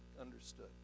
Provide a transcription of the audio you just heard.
understood